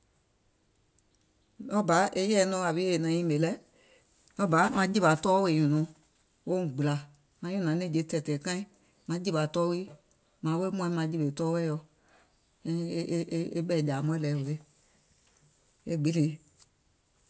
Ɗɔɔ bà e yèɛ nɔŋ yawi naŋ nyìmè lɛ, ɗɔɔ bà maŋ jìwà tɔɔ wèè nyùnɔ̀ɔŋ wouŋ gbìlà, maŋ nyùnàŋ nɛ̀ŋje tɛ̀ɛ̀tɛ̀ɛ̀ kaiŋ, maŋ jìwà tɔɔ wii, mààŋ wèè muàŋ maŋ jìwè tɔɔ wɛɛ̀ yɔ, e e e ɓɛ̀ɛ̀jàa mɔ̀ɛ̀ lɛɛ̀ hoe? E gbiŋ lii.